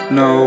no